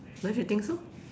don't you think so